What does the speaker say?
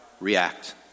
react